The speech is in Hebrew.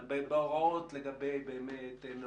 אבל בהוראות לגבי כל